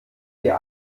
ihr